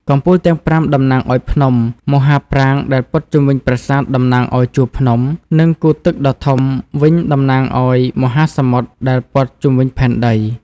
កំពូលទាំងប្រាំតំណាងឱ្យភ្នំ មហាប្រាង្គដែលព័ទ្ធជុំវិញប្រាសាទតំណាងឱ្យជួរភ្នំ និងគូទឹកដ៏ធំវិញតំណាងឱ្យមហាសមុទ្រ ដែលព័ទ្ធជុំវិញផែនដី។